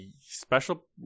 Special